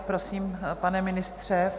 Prosím, pane ministře.